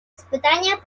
испытания